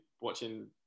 watching